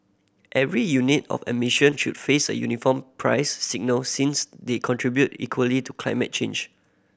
every unit of emission should face a uniform price signal since they contribute equally to climate change